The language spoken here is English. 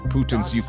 Putin's